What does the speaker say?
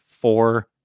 four